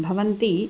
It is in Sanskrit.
भवन्ति